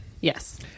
Yes